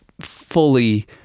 fully